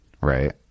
right